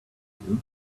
you